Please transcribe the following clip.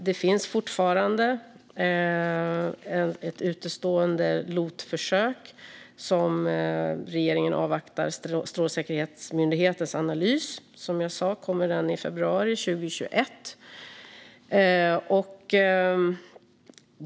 Det finns fortfarande ett utestående LOT-försök som regeringen avvaktar Strålsäkerhetsmyndighetens analys av. Som jag sa kommer den i februari 2021.